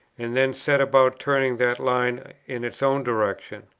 and then set about turning that line in its own direction.